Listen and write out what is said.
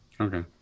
Okay